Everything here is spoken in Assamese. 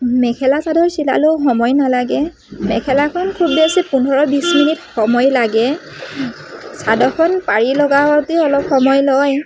মেখেলা চাদৰ চিলালেও সময় নালাগে মেখেলাখন খুব বেছি পোন্ধৰ বিছ মিনিট সময় লাগে চাদৰখন পাৰি লগাওঁতে অলপ সময় লয়